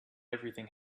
everything